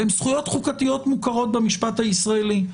והן זכויות חוקתיות מוכרות במשפט הישראלי.